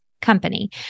company